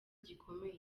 gikomeye